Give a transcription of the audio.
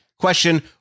Question